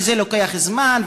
זה לוקח זמן,